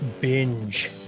Binge